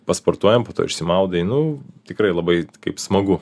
pasportuojam po to išsimaudai nu tikrai labai kaip smagu